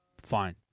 fine